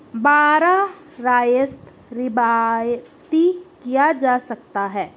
براہ راست روایتی کیا جا سکتا ہے